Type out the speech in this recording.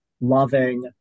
loving